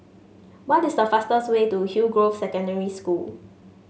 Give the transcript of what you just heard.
what is the fastest way to Hillgrove Secondary School